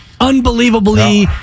unbelievably